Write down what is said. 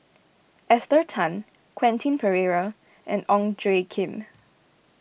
Esther Tan Quentin Pereira and Ong Tjoe Kim